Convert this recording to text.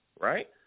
right